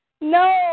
No